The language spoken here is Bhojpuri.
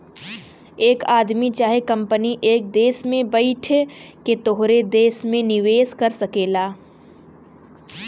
एक आदमी चाहे कंपनी एक देस में बैइठ के तोहरे देस मे निवेस कर सकेला